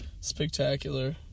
spectacular